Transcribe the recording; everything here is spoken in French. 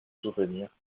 souvenirs